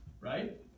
right